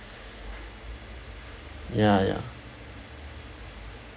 ya ya